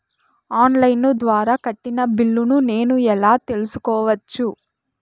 On line ద్వారా కట్టిన బిల్లును నేను ఎలా తెలుసుకోవచ్చు?